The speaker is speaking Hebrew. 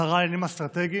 השרה לעניינים אסטרטגיים,